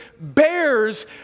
bears